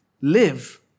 live